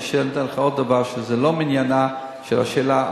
ואני אענה לך עוד דבר שהוא לא מעניינה של השאלה,